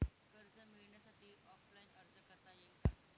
कर्ज मिळण्यासाठी ऑफलाईन अर्ज करता येईल का?